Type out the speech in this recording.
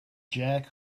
jack